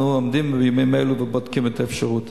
בימים אלה אנחנו בודקים את האפשרות.